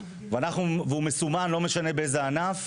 והוא מסומן לא משנה באיזה ענף,